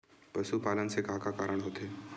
पशुपालन से का का कारण होथे?